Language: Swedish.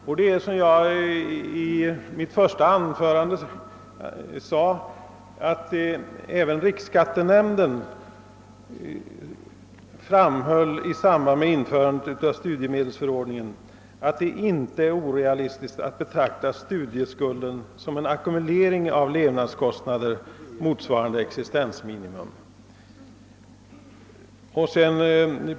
Jag framhöll i mitt första anförande, liksom även riksskattenämnden gjorde i samband med införandet av studiemedelsförordningen, att det inte är orealistiskt att betrakta studieskulden som en ackumulering av levnadskostnader motsvarande existensminimum.